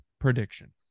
prediction